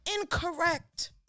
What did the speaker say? incorrect